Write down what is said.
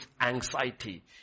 anxiety